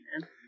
man